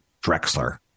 Drexler